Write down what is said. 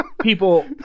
People